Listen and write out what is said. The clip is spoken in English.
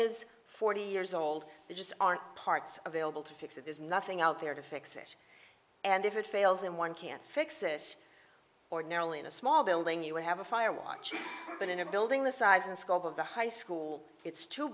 is forty years old they just aren't parts available to fix it there's nothing out there to fix it and if it fails and one can't fix this ordinarily in a small building you have a fire watch it happen in a building the size and scope of the high school it's too